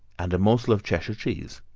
and a morsel of cheshire cheese,